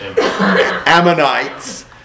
Ammonites